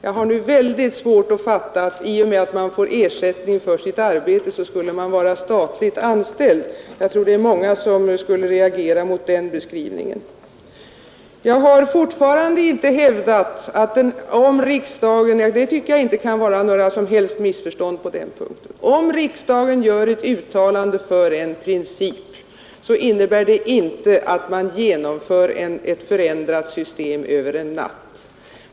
Jag har svårt att fatta att man i och med att man får ersättning för sitt arbete skulle vara statligt anställd. Jag tror att många skulle reagera mot den beskrivningen. Jag hävdar fortfarande att — och på den punkten tycker jag inte att det kan råda några missförstånd — om riksdagen gör ett uttalande för en princip så innebär det inte att man genomför ett nytt system över en natt.